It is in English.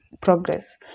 progress